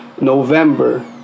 November